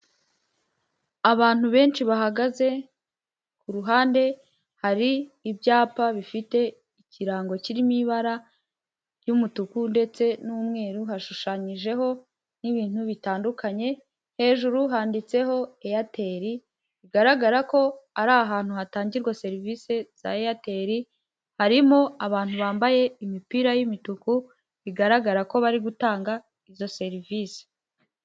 Abantu benshi bahagaze, ku ruhande hari ibyapa bifite ikirango kirimo ibara ry'umutuku ndetse n'umweru hashushanyijeho n'ibintu bitandukanye, hejuru handitseho Eyateli, bigaragara ko ari ahantu hatangirwa serivisi za Eyateli, harimo abantu bambaye imipira y'imituku bigaragara ko bari gutanga izo serivisi.